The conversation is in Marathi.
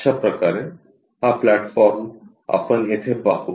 अशाप्रकारे हा प्लॅटफॉर्म आपण येथे पाहू